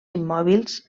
immòbils